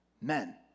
men